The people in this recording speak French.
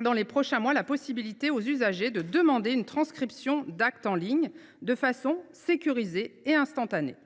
dans les prochains mois la possibilité aux usagers de demander une transcription d’acte en ligne, de manière sécurisée et instantanée.